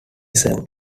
served